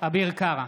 אביר קארה,